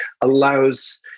allows